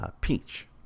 peach